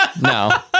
No